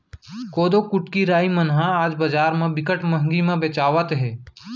कोदो, कुटकी, राई मन ह आज बजार म बिकट महंगी म बेचावत हे